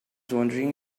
wondering